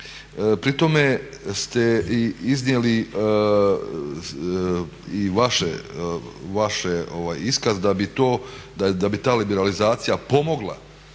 pri tome ste i iznijeli i vaš iskaz da bi ta liberalizacija pomogla